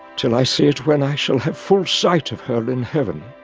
till i see it when i shall have full sight of her in heaven.